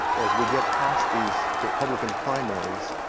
as we get past these republican primaries,